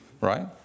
right